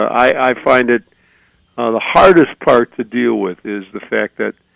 i find it the hardest part to deal with is the fact that